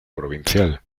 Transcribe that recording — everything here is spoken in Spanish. provincial